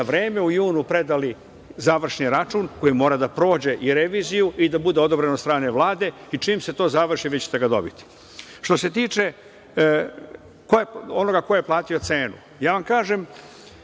vreme u junu predali završni račun, koji mora da prođe i reviziju i da bude odobren od strane Vlade i čim se to završi, vi ćete ga dobiti. Što se tiče onoga ko je platio cenu, ja vam kažem